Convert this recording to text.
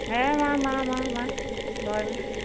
ᱦᱮᱸ ᱢᱟ ᱢᱟ ᱢᱟ ᱢᱟ ᱢᱟ ᱫᱚᱦᱚᱭ ᱢᱮ